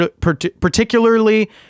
particularly